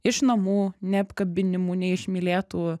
iš namų neapkabinimų neišmylėtų